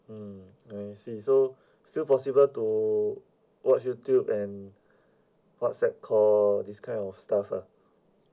mm I see so still possible to watch YouTube and WhatsApp call this kind of stuff ah